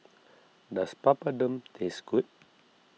does Papadum taste good